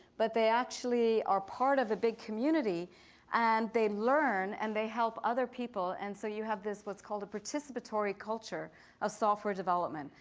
but they actually are part of a big community and they learn and they help other people. and so you have this what's called a participatory culture of software development.